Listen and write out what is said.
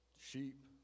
Sheep